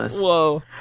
Whoa